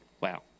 Wow